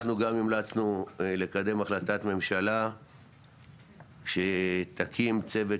אנחנו גם המלצנו לקדם החלטת ממשלה שתקים צוות